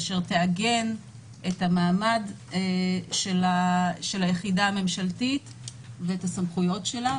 אשר תעגן את המעמד של היחידה הממשלתית ואת הסמכויות שלה,